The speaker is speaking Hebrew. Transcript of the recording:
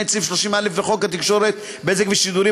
את סעיף 30א לחוק התקשורת (בזק ושידורים),